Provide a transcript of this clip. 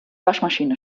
waschmaschine